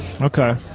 Okay